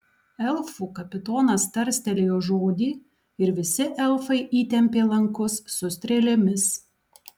elfų kapitonas tarstelėjo žodį ir visi elfai įtempė lankus su strėlėmis